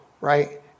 right